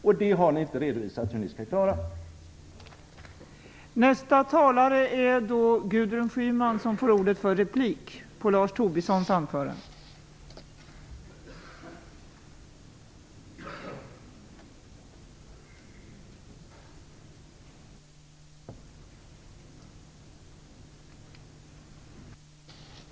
Ni har inte redovisat hur ni skall klara det.